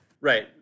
right